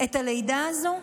בלידה הזו,